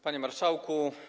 Panie Marszałku!